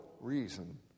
reason